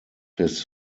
his